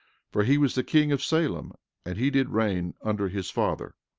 for he was the king of salem and he did reign under his father.